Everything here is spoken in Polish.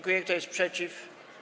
Kto jest przeciw?